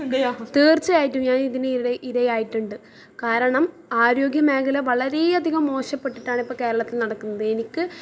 എന്താ ചെയ്യുക തീർച്ചയായിട്ടും ഞാനിതിന് ഇര ഇര ആയിട്ടുണ്ട് കാരണം ആരോഗ്യ മേഘല വളരേയധികം മോശപ്പെട്ടിട്ടാണ് ഇപ്പം കേരളത്തിൽ നടക്കുന്നത് എനിക്ക്